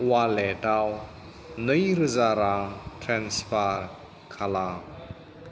wallet आव नै रोजा रां ट्रेन्सफार खालाम